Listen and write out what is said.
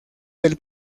del